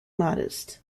modest